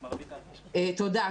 תודה.